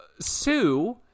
Sue